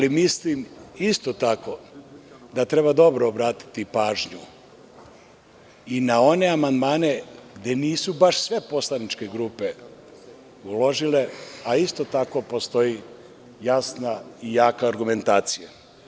Isto tako, mislim da treba dobro obratiti pažnju i na one amandmane gde nisu baš sve poslaničke grupe uložile, a isto tako postoji jasna i jaka argumentacija.